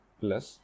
plus